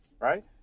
right